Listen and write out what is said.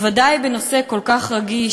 בוודאי בנושא כל כך רגיש,